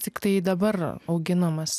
tiktai dabar auginamas